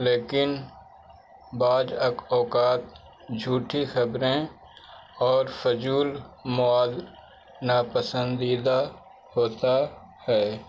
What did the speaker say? لیکن بعض اوقات جھوٹی خبریں اور فضول مواد نا پسندیدہ ہوتا ہے